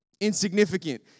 insignificant